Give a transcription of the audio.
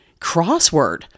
crossword